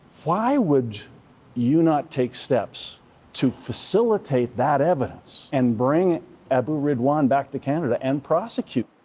why would you not take steps to facilitate that evidence and bring abu ridwan back to canada and prosecute?